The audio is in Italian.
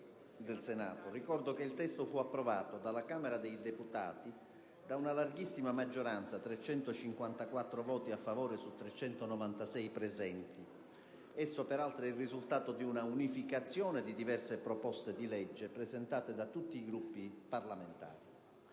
del Senato. Ricordo che il testo fu approvato dalla Camera dei deputati da una larghissima maggioranza, 354 voti a favore su 396 presenti. Esso peraltro è il risultato di una unificazione di diverse proposte di legge presentate da tutti i Gruppi parlamentari.